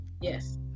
yes